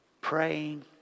praying